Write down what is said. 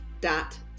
dot